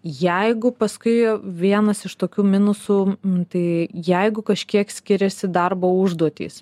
jeigu paskui vienas iš tokių minusų tai jeigu kažkiek skiriasi darbo užduotys